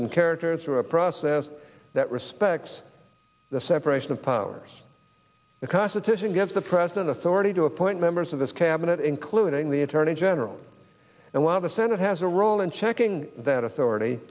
and characters through a process that respects the separation of powers the constitution gives the president authority to appoint members of this cabinet including the attorney general and one of the senate has a role in checking that authority